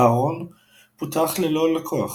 ה"הרון" פותח ללא לקוח.